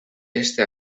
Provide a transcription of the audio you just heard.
este